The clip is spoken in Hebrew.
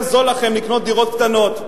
יותר זול לכם לקנות דירות קטנות.